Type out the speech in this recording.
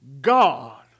God